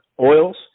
oils